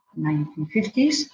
1950s